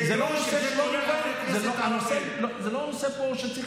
זה לא נושא, שיהיה ברור שזה כולל חברי כנסת ערבים.